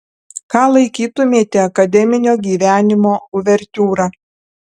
ką laikytumėte akademinio gyvenimo uvertiūra